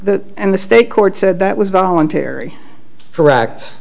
the and the state court said that was voluntary correct